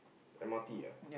M_R_T ah